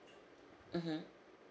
mmhmm